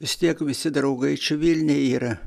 vis tiek visi draugai čia vilniuj yra